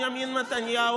למה בנימין נתניהו,